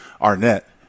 Arnett